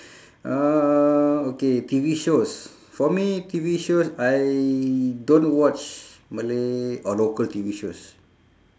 uh okay T_V shows for me T_V shows I don't watch malay or local T_V shows